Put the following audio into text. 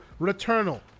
Returnal